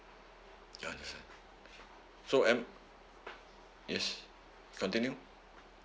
ya I understand so am yes continue